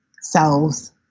selves